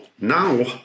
now